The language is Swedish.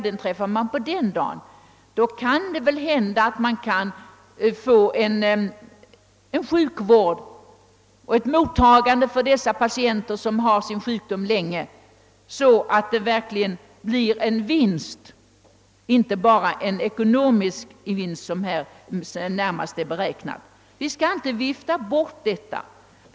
Då kunde man kanske få fram en sjukvård och ett sådant mottagande av de patienter, som haft sin sjukdom länge, att det bleve en verklig vinst, inte bara en ekonomisk sådan, som reformen närmast är beräknad att åstadkomma. Vi skall inte vifta bort detta.